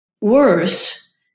worse